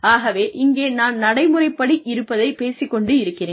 ஆகவே இங்கே நான் நடைமுறைப்படி இருப்பதை பேசிக் கொண்டிருக்கிறேன்